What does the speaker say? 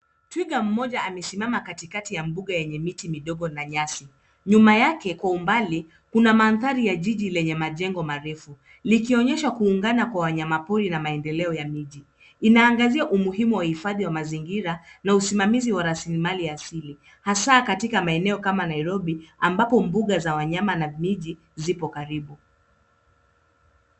Twiga mmoja amesimama katikati ya mbuga yenye miti midogo na nyasi . Nyuma yake kwa umbali, kuna mandhari ya jiji lenye majengo marefu likionyesha kuungana kwa wanyamapori na maendeleo ya miji. Inaangazia umuhimu wa uhifadhi wa mazingira na usimamizi wa rasilimali asili hasa katika maeneo kama Nairobi ambapo mbuga za wanyama na miji zipo karibu.